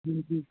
جی جی